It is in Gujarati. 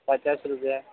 પચાસ રૂપિયા